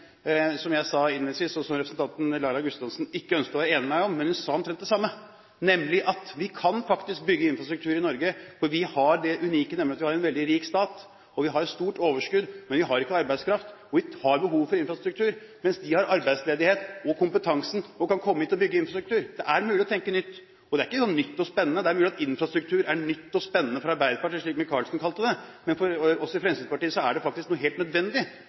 som jeg sa innledningsvis, og som representanten Laila Gustavsen ikke ønsket å være enig med meg i, men hun sa omtrent det samme, at vi kan faktisk bygge infrastruktur i Norge. For vi har det unike, nemlig en veldig rik stat, og vi har et stort overskudd, men vi har ikke arbeidskraft. Vi har behov for infrastruktur, mens ute i Europa har de arbeidsledighet og kompetanse og kan komme hit og bygge infrastruktur. Det er mulig å tenke nytt. Det er ikke nytt og spennende – det er mulig at infrastruktur er nytt og spennende for Arbeiderpartiet, slik representanten Micaelsen kalte det, men vi i Fremskrittspartiet ser at det faktisk er helt nødvendig